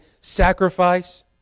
sacrifice